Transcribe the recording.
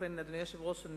אדוני היושב-ראש,